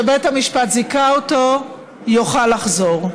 בית המשפט זיכה אותו, יוכל לחזור.